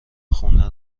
خونه